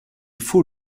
faut